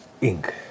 ink